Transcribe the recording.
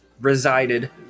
resided